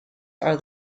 are